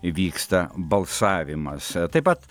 vyksta balsavimas taip pat